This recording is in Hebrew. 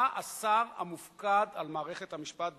אתה השר המופקד על מערכת המשפט בישראל,